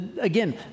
again